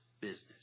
business